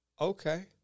Okay